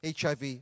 HIV